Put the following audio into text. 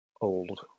old